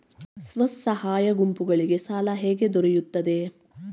ಸ್ವಸಹಾಯ ಗುಂಪುಗಳಿಗೆ ಸಾಲ ಹೇಗೆ ದೊರೆಯುತ್ತದೆ?